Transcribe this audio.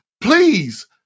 Please